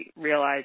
realize